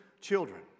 children